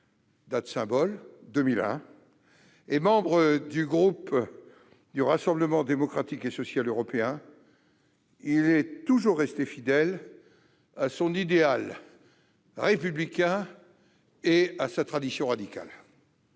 date symbole -et membre du groupe du Rassemblement Démocratique et Social Européen, il est toujours resté fidèle à son idéal républicain et à sa tradition radicale.